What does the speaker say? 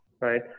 right